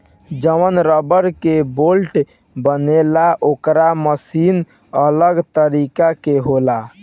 जवन रबड़ के बेल्ट बनेला ओकर मशीन अलग तरीका के होला